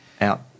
out